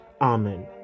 Amen